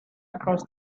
across